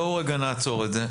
בואו רגע נעצור את זה.